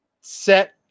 set